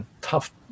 tough